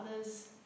others